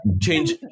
change